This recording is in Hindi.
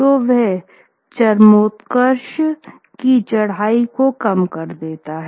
तो वह चरमोत्कर्ष की चढ़ाई को कम देता है